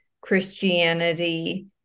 Christianity